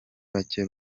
bake